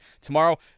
tomorrow